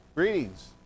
Greetings